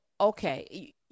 okay